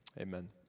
Amen